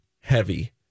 heavy